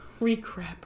Recap